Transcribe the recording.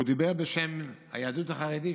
והוא דיבר בשם היהדות החרדית,